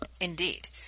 Indeed